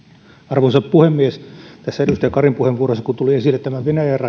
arvoisa puhemies edustaja karin puheenvuorossa kun tuli esille tämä venäjän raja niin